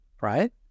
right